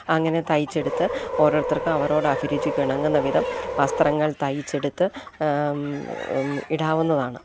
അങ്ങനെ തയ്ച്ചെടുത്ത് ഓരോരുത്തർക്കും അവരവരുടെ അഭിരുചിക്കിണങ്ങുന്ന വിധം വസ്ത്രങ്ങൾ തയ്ച്ചെടുത്ത് ഇടാവുന്നതാണ്